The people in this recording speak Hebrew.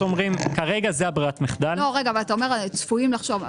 זוהי ברירת המחדל --- מתי אתם צפויים לחשוב?